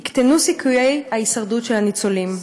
יקטנו סיכויי ההישרדות של הניצולים.